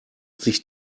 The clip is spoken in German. sich